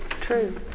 True